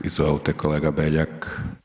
Izvolite kolega Beljak.